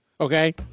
Okay